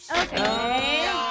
Okay